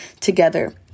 together